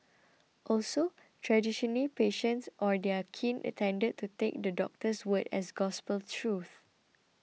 also traditionally patients or their kin attended to take the doctor's word as gospel truth